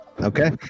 Okay